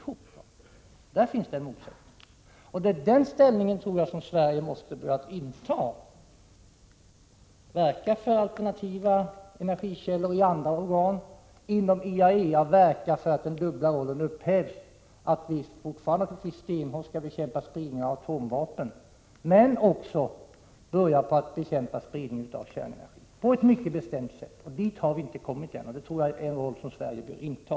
Sverige måste inom andra organ börja verka för alternativa energikällor och inom IAEA arbeta för att den dubbla rollen upphävs. Vi skall fortfarande stenhårt bekämpa spridning av atomvapen men samtidigt också på ett mycket bestämt sätt börja bekämpa spridning av kärnenergi. Vi har ännu inte kommit dit, men jag tror att det är en roll som Sverige bör inta.